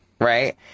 Right